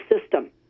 system